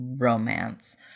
romance